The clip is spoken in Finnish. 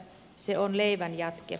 se on leivän jatke